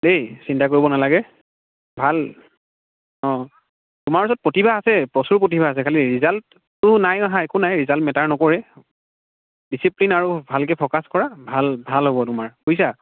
দেই চিন্তা কৰিব নালাগে ভাল অ' তোমাৰ ওচৰত প্ৰতিভা আছে প্ৰচুৰ প্ৰতিভা আছে খালী ৰিজাল্টো নাই আহা একো নাই ৰিজাল্ট মেটাৰ নকৰে ডিচিপ্লিন আৰু ভালকৈ ফ'কাছ কৰা ভাল ভাল হ'ব তোমাৰ বুজিছা